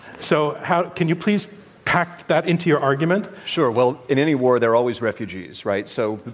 so, how can you please pack that into your argument? sure. well, in any war there are always refugees, right? so,